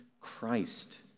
Christ